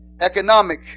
economic